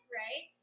right